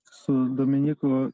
su dominyku